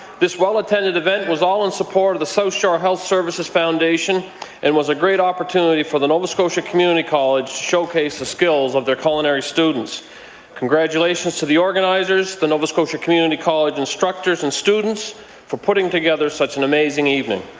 this well attended event was all in support of the so so ah health services foundation and was a great opportunity for the nova scotia community college to showcase the skills of their culinary students congratulations to the organizers, the nova scotia community college instructors and students for putting together such such an amazing evening.